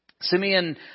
Simeon